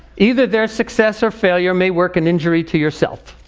either their success or failure may work an injury to yourself.